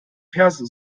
perso